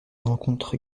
rencontre